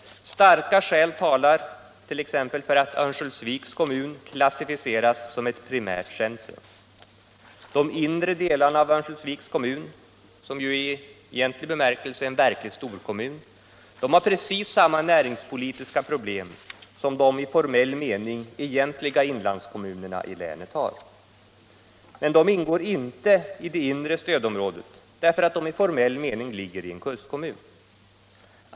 Starka skäl talar sålunda för att Örnsköldsviks kommun klassficeras som ett primärt centrum. De inre delarna av Örnsköldsviks kommun — som ju är en verklig storkommun — har precis samma näringspolitiska problem som de i formell mening egentliga inlandskommunerna i länet har. Men de ingår inte i det inre stödområdet därför att de i formell mening ligger i en kustkommun.